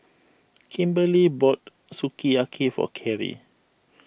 Kimberly bought Sukiyaki for Kerri